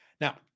Now